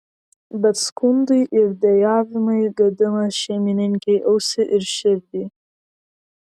bet skundai ir dejavimai gadina šeimininkei ausį ir širdį